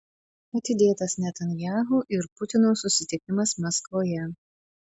atidėtas netanyahu ir putino susitikimas maskvoje